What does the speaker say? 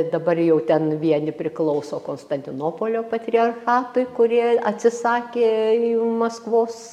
dabar jau ten vieni priklauso konstantinopolio patriarchatui kurie atsisakė maskvos